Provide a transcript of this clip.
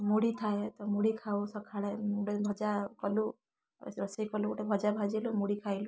ମୁଢ଼ି ଥାଏ ତ ମୁଢ଼ି ଖାଉ ସକାଳେ ଭଜା କଲୁ ରୋଷେଇ କଲୁ ଗୋଟେ ଭଜା ଭାଜିଲୁ ମୁଢ଼ି ଖାଇଲୁ